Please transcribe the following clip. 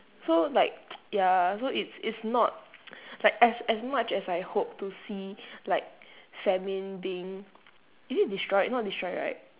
so like ya so it's it's not like as as much as I hope to see like famine being is it destroyed not destroyed right